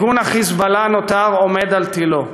ארגון "חיזבאללה" נותר עומד על תלו,